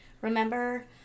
Remember